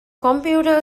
ކޮމްޕިއުޓަރ